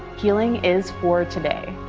healing is for today.